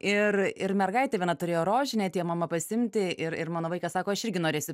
ir ir mergaitė viena turėjo rožinę atėjo mama pasiimti ir ir mano vaikas sako aš irgi norėsiu